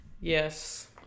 yes